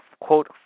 quote